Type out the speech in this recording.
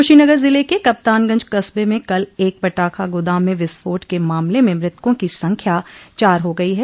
कुशीनगर जिले के कप्तानगंज कस्बे में कल एक पटाखा गोदाम में विस्फोट के मामले में मृतकों की संख्या चार हो गई है